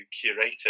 curator